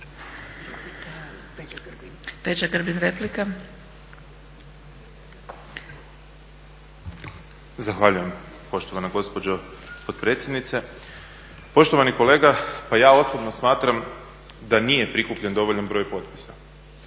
**Grbin, Peđa (SDP)** Zahvaljujem poštovana gospođo potpredsjednice. Poštovani kolega, pa ja osobno smatram da nije prikupljen dovoljan broj potpisa.